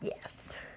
Yes